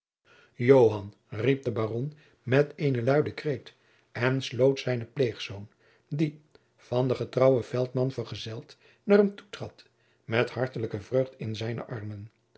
riep de baron met eenen luiden kreet en sloot zijnen pleegzoon die van den getrouwen jacob van lennep de pleegzoon veltman vergezeld naar hem toe trad met hartelijke vreugd in zijne armen